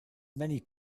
many